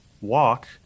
walk